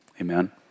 Amen